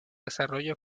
desarrollo